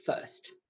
first